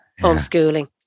homeschooling